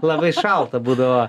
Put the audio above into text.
labai šalta būdavo